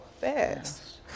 fast